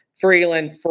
freeland